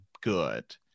good